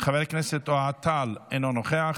חבר הכנסת אוהד טל, אינו נוכח,